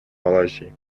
малайзии